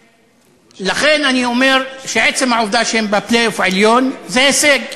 לכן אני אומר שעצם העובדה שהם בפלייאוף העליון זה הישג.